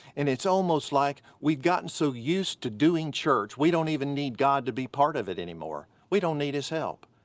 and it's almost like we've gotten so used to doing church we don't even need god to be part of it anymore. we don't need his help.